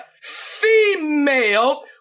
Female